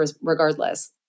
regardless